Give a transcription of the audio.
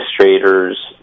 administrators